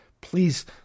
please